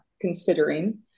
considering